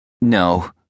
no